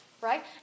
Right